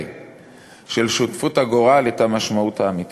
של שותפות הגורל את המשמעות האמיתית.